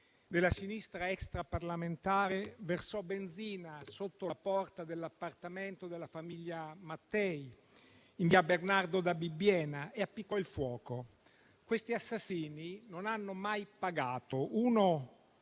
della sinistra extraparlamentare versò benzina sotto la porta dell'appartamento della famiglia Mattei, in via Bernardo da Bibbiena, e appiccò il fuoco. Quegli assassini non hanno mai pagato. Uno